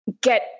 get